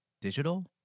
digital